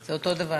זה אותו הדבר.